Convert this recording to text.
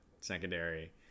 secondary